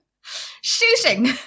Shooting